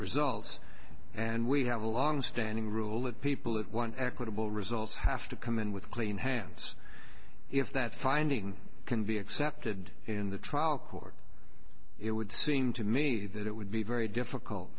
results and we have a long standing rule that people who want equitable results have to come in with clean hands if that finding convicts cept and in the trial court it would seem to me that it would be very difficult